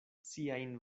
siajn